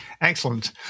Excellent